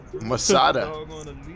Masada